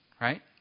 right